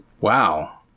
Wow